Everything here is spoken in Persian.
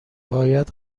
باید